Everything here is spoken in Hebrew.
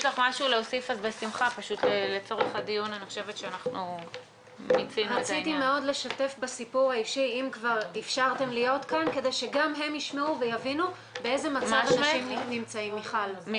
הישיבה ננעלה בשעה 11:35.